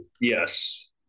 Yes